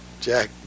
Jack